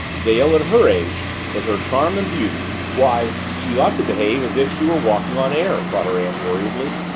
dale, at her age, with her charm and beauty why, she ought to behave as if she were walking on air, thought her aunt worriedly.